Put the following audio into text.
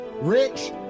rich